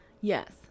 yes